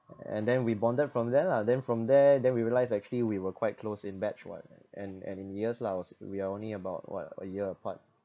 and then we bonded from there lah then from there then we realise actually we were quite close in batch [what] and and in years lah we are only about what a year apart